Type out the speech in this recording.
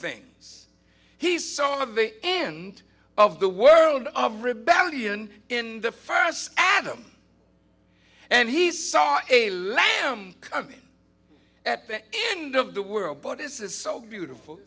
things he saw all of the end of the world of rebellion in the first adam and he saw a lamb coming at the end of the world but this is so beautiful